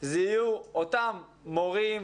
זה יהיו אותם מורים,